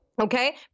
Okay